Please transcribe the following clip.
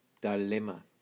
dilemma